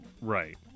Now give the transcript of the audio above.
Right